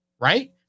right